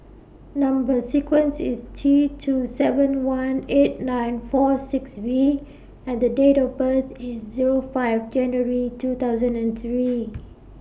Number sequence IS T two seven one eight nine four six V and The Date of birth IS Zero five January two thousand and three